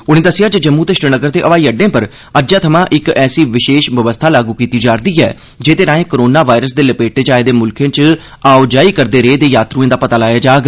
उनें दस्सेआ जे जम्मू ते श्रीनगर दे ब्हाई अड्डें पर अज्जै थमां इक ऐसी विशेष बवस्था लागू कीती जा'रदी ऐ जेह्दे राएं कोरोना वायरस दे लपेटे च आए दे मुल्खें च आओजाई करदे रेय दे यात्रिएं दा पता लाया जाग